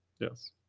Yes